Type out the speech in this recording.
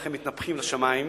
איך הם מתנפחים לשמים.